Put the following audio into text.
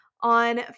on